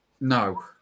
No